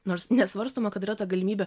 nors nesvarstoma kad yra ta galimybė